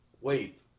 wait